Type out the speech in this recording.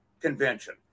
convention